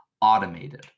automated